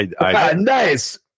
Nice